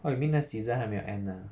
orh you mean 那 season 还没有 end lah